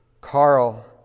Carl